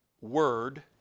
Word